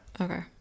Okay